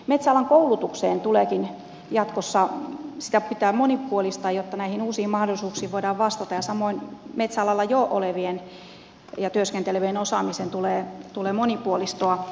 metsäalan koulutusta pitää jatkossa monipuolistaa jotta näihin uusiin mahdollisuuksiin voidaan vastata ja samoin metsäalalla jo olevien ja työskentelevien osaamisen tulee monipuolistua